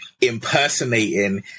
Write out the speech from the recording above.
impersonating